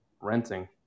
renting